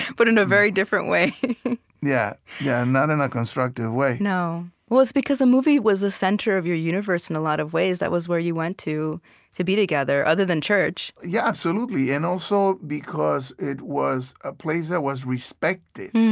but in a very different way yeah, yeah not in a constructive way no. well, it's because a movie was the center of your universe, in a lot of ways. that was where you went to to be together, other than church yeah, absolutely, and also because it was a place that was respected.